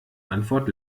antwort